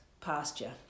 pasture